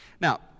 Now